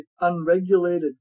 unregulated